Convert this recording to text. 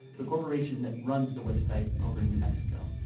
the corporation that runs the wipp site over in new mexico.